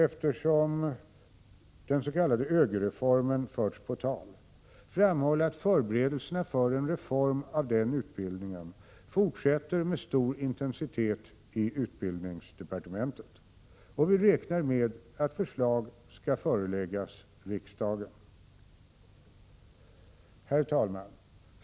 Eftersom den s.k. ÖGY-reformen fördes på tal vill jag slutligen framhålla att förberedelserna för en reform av utbildningen fortsätter med stor intensitet i utbildningsdepartementet, och vi räknar med att förslag skall föreläggas riksdagen. Herr talman!